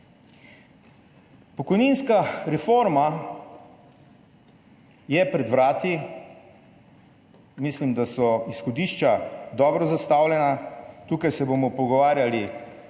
Pokojninska reforma je pred vrati. Mislim, da so izhodišča dobro zastavljena, tukaj se bomo pogovarjali